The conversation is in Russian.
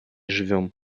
живем